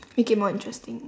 make it more interesting